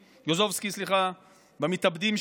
למתאבדים,